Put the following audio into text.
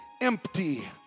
empty